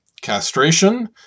Castration